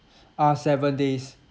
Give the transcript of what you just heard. uh seven days